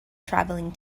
traveling